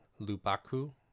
Lubaku